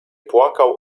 płakał